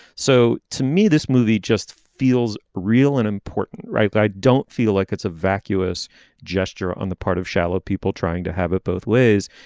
so to me this movie just feels real and important right. i don't feel like it's a vacuous gesture on the part of shallow people trying to have it both ways.